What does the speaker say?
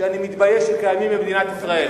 שאני מתבייש שקיימים במדינת ישראל.